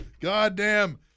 goddamn